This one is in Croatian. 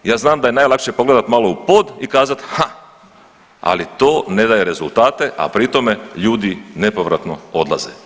Ja znam da je najlakše pogledat malo u pod i kazat haa, ali to ne daje rezultate, a pri tome ljudi nepovratno odlaze.